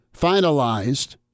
finalized